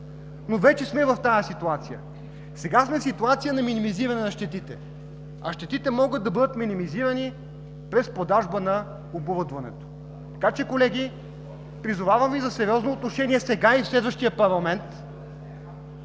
Но вече сме в тази ситуация. Сега сме в ситуация на минимизиране на щетите. А щетите могат да бъдат минимизирани чрез продажба на оборудването. Затова, колеги, призовавам Ви за сериозно отношение сега и в следващия парламент